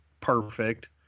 perfect